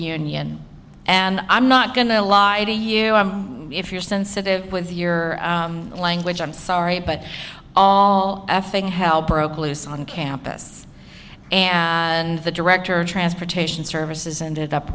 union and i'm not going to lie to you if you're sensitive with your language i'm sorry but all effing hell broke loose on campus and the director of transportation services ended up